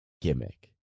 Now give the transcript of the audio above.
gimmick